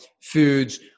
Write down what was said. foods